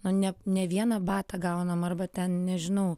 nu ne ne vieną batą gaunam arba ten nežinau